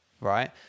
right